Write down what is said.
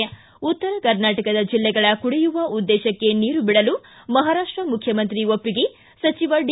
ಿಗೆ ಉತ್ತರ ಕರ್ನಾಟಕದ ಜಿಲ್ಲೆಗಳ ಕುಡಿಯುವ ಉದ್ದೇಶಕ್ಕೆ ನೀರು ಬಿಡಲು ಮಹಾರಾಷ್ಟ ಮುಖ್ಯಮಂತ್ರಿ ಒಪ್ಪಿಗೆ ಸಚಿವ ಡಿ